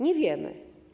Nie wiemy.